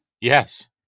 Yes